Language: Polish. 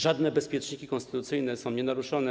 Żadne bezpieczniki konstytucyjne nie są naruszone.